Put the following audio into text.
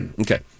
Okay